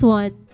one